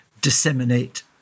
disseminate